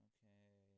Okay